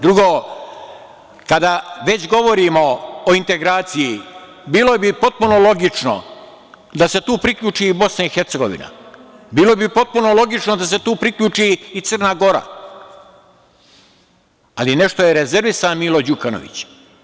Drugo, kada već govorimo o integraciji, bilo bi potpuno logično da se tu priključi Bosna i Hercegovina, bilo bi potpuno logično da se tu priključi i Crna Gora, ali nešto je rezervisan Milo Đukanović.